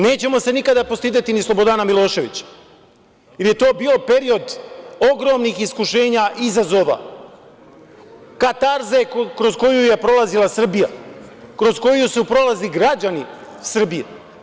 Nećemo se nikada postideti ni Slobodana Miloševića, jer je to bio period ogromnih iskušenja i izazova, katarze kroz koju je prolazila Srbija, kroz koju su prolazili građani Srbije.